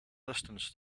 distance